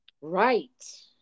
right